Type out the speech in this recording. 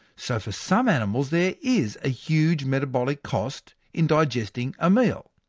so for some animals, there is a huge metabolic cost in digesting a meal.